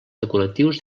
decoratius